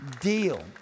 deal